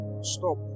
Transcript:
Stop